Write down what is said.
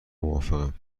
موافقم